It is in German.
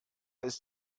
ist